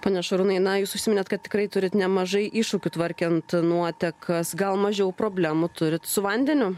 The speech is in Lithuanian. pone šarūnai na jūs užsiminėt kad tikrai turit nemažai iššūkių tvarkant nuotekas gal mažiau problemų turit su vandeniu